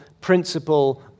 principle